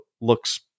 looks